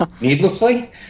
Needlessly